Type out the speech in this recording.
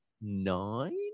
nine